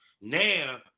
Now